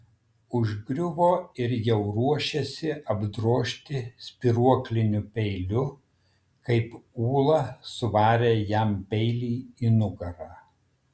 užgriuvo ir jau ruošėsi apdrožti spyruokliniu peiliu kai ula suvarė jam peilį į nugarą